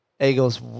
Eagles